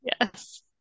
yes